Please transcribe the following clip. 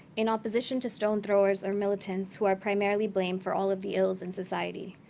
in opposition to stone throwers or militants who are primarily blamed for all of the ills in society.